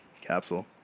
capsule